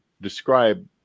describe